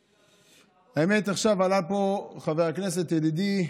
האמת, עכשיו עלה פה חבר הכנסת, ידידי,